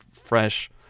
Fresh